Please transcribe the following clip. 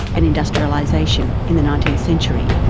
and industrialisation in the nineteenth century,